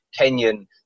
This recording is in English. Kenyan